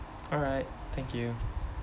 alright thank you